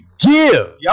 Give